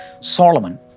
Solomon